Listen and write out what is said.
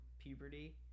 puberty